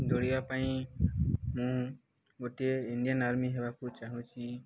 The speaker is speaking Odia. ଦୌଡ଼ିବା ପାଇଁ ମୁଁ ଗୋଟିଏ ଇଣ୍ଡିଆନ୍ ଆର୍ମି ହେବାକୁ ଚାହୁଁଛି